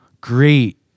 great